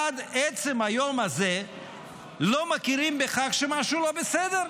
עד עצם היום הזה לא מכירים בכך שמשהו לא בסדר.